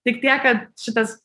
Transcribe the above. tik tiek kad šitas